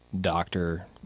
doctor